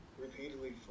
repeatedly